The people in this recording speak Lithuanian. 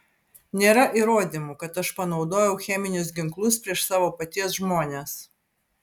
nėra įrodymų kad aš panaudojau cheminius ginklus prieš savo paties žmones